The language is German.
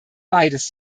beides